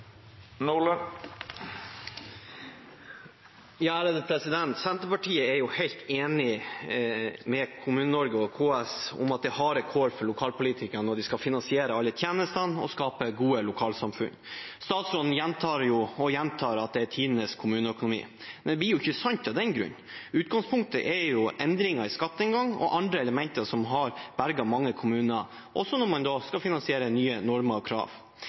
for lokalpolitikerne når de skal finansiere alle tjenestene og skape gode lokalsamfunn. Statsråden gjentar og gjentar at det er tidenes kommuneøkonomi, men det blir jo ikke sant av den grunn. Utgangspunktet er endringer i skatteinngang og andre elementer som har berget mange kommuner, også når man skal finansiere nye normer og krav.